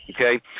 okay